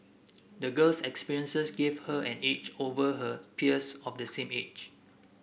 the girl's experiences gave her an edge over her peers of the same age